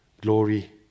glory